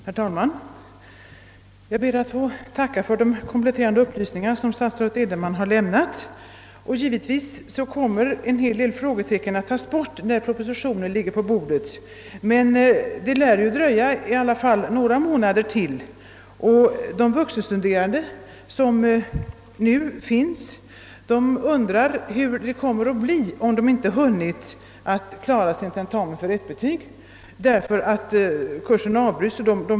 Herr talman! Jag ber att få tacka för de kompletterande upplysningar som statsrådet Edenman har lämnat. Givetvis kommer en hel del frågetecken att försvinna när propositionen ligger på bordet. Men det lär dröja i alla fall några månader till, och de vuxenstuderande som nu läser undrar hur det kommer att bli. De vill veta hur det ställer sig för dem, om de inte hunnit klara sin tentamen för ett betyg och kursen avbryts.